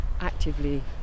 actively